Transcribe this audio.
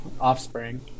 offspring